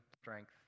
strength